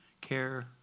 care